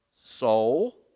soul